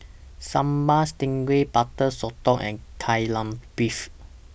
Sambal Stingray Butter Sotong and Kai Lan Beef